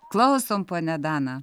klausom ponia dana